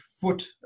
foot